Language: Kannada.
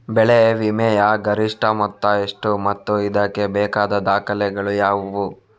ಬೆಳೆ ವಿಮೆಯ ಗರಿಷ್ಠ ಮೊತ್ತ ಎಷ್ಟು ಮತ್ತು ಇದಕ್ಕೆ ಬೇಕಾದ ದಾಖಲೆಗಳು ಯಾವುವು?